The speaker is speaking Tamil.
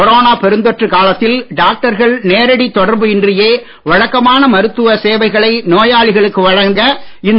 கொரோனா பெருந்தொற்றுக் காலத்தில் டாக்டர்கள் நேரடி தொடர்பு இன்றியே வழக்கமான மருத்துவ சேவைகளை நோயாளிகளுக்கு வழங்க இந்த